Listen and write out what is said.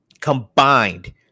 Combined